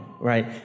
right